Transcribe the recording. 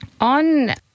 On